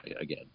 again